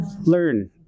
learn